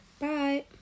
Bye